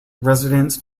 residents